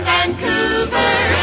Vancouver